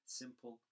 simple